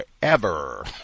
forever